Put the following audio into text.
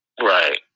Right